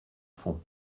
fond